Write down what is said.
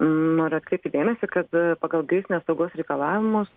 noriu atkreipti dėmesį kad pagal gaisrinės saugos reikalavimus